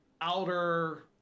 outer